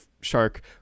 shark